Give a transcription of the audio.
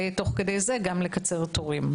ותוך כדי זה גם לקצר תורים.